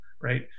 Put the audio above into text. right